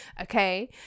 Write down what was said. okay